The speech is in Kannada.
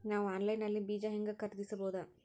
ನಾವು ಆನ್ಲೈನ್ ನಲ್ಲಿ ಬೀಜ ಹೆಂಗ ಖರೀದಿಸಬೋದ?